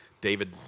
David